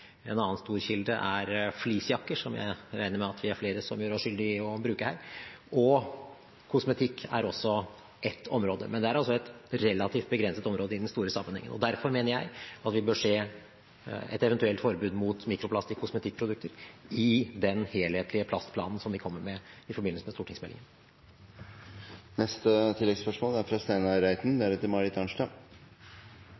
fleecejakker, som jeg regner med at vi er flere her som gjør oss skyldig i å bruke. Kosmetikk er også et område, men det er et relativt begrenset område i den store sammenhengen. Derfor mener jeg at vi bør se et eventuelt forbud mot mikroplast i kosmetikkprodukter i den helhetlige plastplanen som vi kommer med i forbindelse med